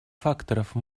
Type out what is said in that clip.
факторов